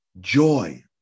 joy